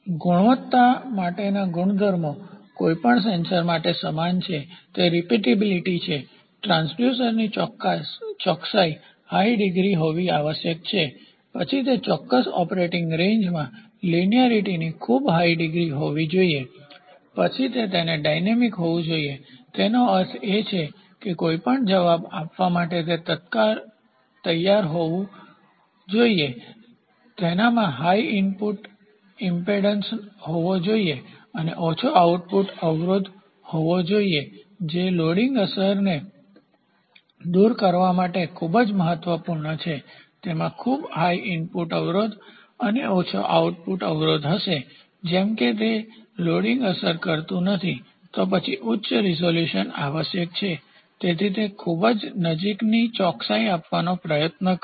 ગુણવત્તા માટેના ગુણધર્મો કોઈપણ સેન્સર માટે સમાન છે તે રીપીટેબીલિટી છે ટ્રાન્સડ્યુસરની ચોકસાઈ હાઇ ડિગ્રી હોવી આવશ્યક છે પછી તે ચોક્કસ ઓપરેટિંગ રેન્જમાં લીનીઆરીટીની ખૂબ હાઇ ડિગ્રી હોવી જોઈએ પછી તે તેને ડાયનેમીક હોવું જોઈએ તેનો અર્થ એ છે કે કોઈ પણ જવાબ આપવા માટે તે તત્કાળ તૈયાર રહેવું પડશે તેનામાં હાઇ ઇનપુટ ઇમ્પેડન્સઅવરોધ હોવો જોઈએ અને ઓછો આઉટપુટ અવરોધ હોવો જોઈએ જે લોડિંગ અસરને દૂર કરવા માટે ખૂબ જ મહત્વપૂર્ણ છે તેમાં ખૂબ હાઇ ઇનપુટ અવરોધ અને ઓછો આઉટપુટ અવરોધ હશે જેમ કે તે લોડિંગ અસર લેતું નથી તો પછી ઉચ્ચ રીઝોલ્યુશન આવશ્યક છે જેથી તે ખૂબ જ નજીકની ચોકસાઈ આપવાનો પ્રયત્ન કરે